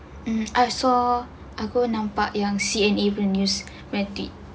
I saw I go nampak yang C_N_A punya news nanti